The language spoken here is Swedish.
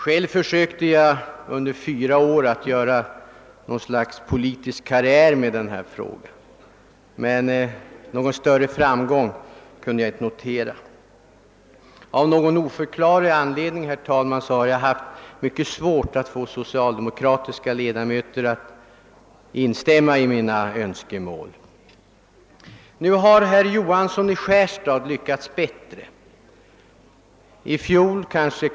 Själv försökte jag under fyra år att nå politisk framgång med denna fråga, tyvärr utan att lyckas. Av någon oförklarlig anledning har jag alltid haft svårt att få socialdemokratiska ledamöter att instämma i mina önskemål. Herr Johansson i Skärstad och hans medmotionärer har lyckats bättre.